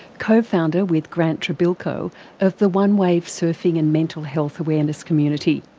co-founder with grant trebilco of the onewave surfing and mental health awareness community.